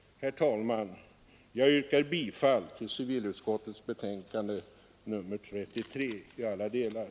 Herr talman! Jag yrkar bifall till civilutskottets hemställan i alla delar.